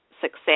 success